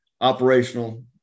operational